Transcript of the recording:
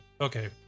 okay